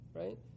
right